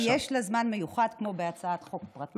ויש לה זמן מיוחד כמו בהצעת חוק פרטית.